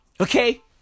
Okay